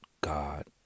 God